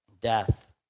death